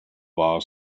bar